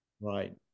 Right